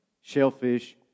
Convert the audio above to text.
shellfish